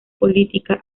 política